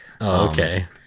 okay